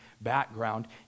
background